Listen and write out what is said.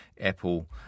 Apple